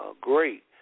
great